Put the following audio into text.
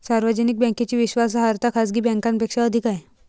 सार्वजनिक बँकेची विश्वासार्हता खाजगी बँकांपेक्षा अधिक आहे